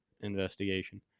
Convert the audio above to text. investigation